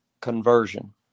conversion